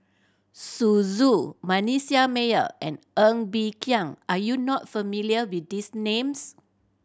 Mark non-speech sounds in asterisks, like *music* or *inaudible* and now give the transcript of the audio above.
*unintelligible* Zu Manasseh Meyer and Ng Bee Kia are you not familiar with these names